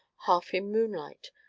half in moonlight,